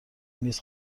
میز